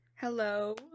Hello